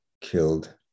killed